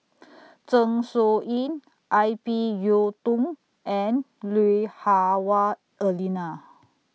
Zeng Shouyin Ip Yiu Tung and Lui Hah Wah Elena